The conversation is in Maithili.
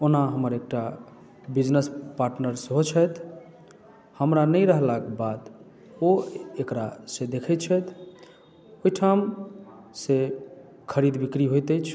ओना हमर एकटा बिजनेस पार्टनर सेहो छथि हमरा नहि रहलाकेँ बाद ओ एकरा से देखै छथि ओहिठाम से खरीद बिक्री होइत अछि